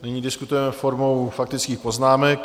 Nyní diskutujeme formou faktických poznámek.